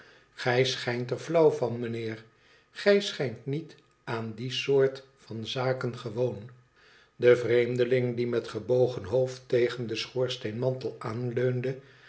igij schijnt er flauw van mijnheer gij schijnt niet aan die soort van zaken gewoon de vreemdeling die met gebogen hoofd tegen den schoorsteenmantel aanleunde